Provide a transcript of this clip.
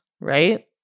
right